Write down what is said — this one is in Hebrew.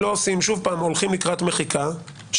הולכים לקראת מחיקה,